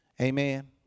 Amen